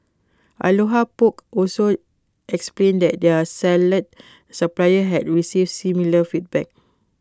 aloha poke also explained that their salad supplier had received similar feedback